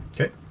Okay